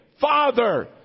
Father